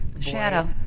shadow